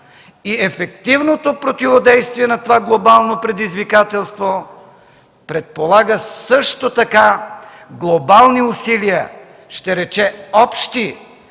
и ефективното противодействие на това глобално предизвикателство предполага също така глобални усилия, ще рече общи,